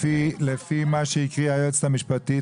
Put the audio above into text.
לפי מה שהקריאה היועצת המשפטית.